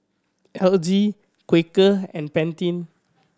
L G Quaker and Pantene